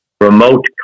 remote